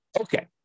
Okay